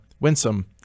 Winsome